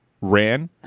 ran